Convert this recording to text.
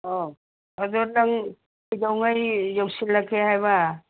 ꯑꯣ ꯑꯗꯣ ꯅꯪ ꯀꯩꯗꯧꯉꯩ ꯌꯧꯁꯤꯜꯂꯛꯀꯦ ꯍꯥꯏꯕ